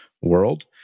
world